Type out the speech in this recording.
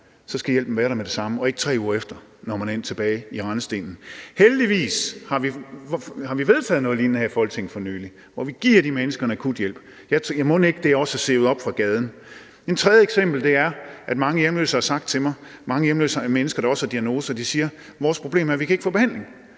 så skal hjælpen være der med det samme og ikke 3 uger efter, når man er endt tilbage i rendestenen. Heldigvis har vi vedtaget noget lignende her i Folketinget for nylig, hvor vi giver de mennesker en akuthjælp, og mon ikke det også er noget, der er sivet op fra gaden? Et tredje eksempel er, at mange hjemløse, der også har diagnoser, har sagt til mig: Vores problem er, at vi ikke kan få behandling,